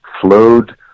flowed